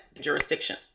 jurisdiction